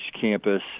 campus